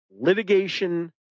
litigation